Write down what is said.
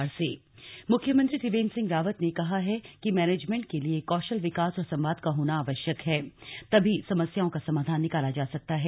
मुख्यमंत्री I I M मुख्यमंत्री त्रिवेन्द्र सिंह रावत ने कहा है कि मैनेजमेंट के लिये कौशल विकास और संवाद का होना आवश्यक है तभी समस्याओं का समाधान निकाला जा सकता है